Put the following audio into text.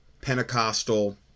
pentecostal